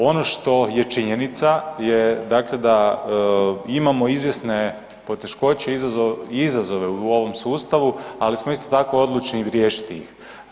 Ono što je činjenica je dakle da imamo izvjesne poteškoće i izazove u ovom sustavu ali smo isto tako odlučni i riješiti ih.